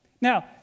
Now